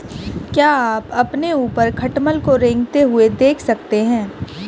क्या आप अपने ऊपर खटमल को रेंगते हुए देख सकते हैं?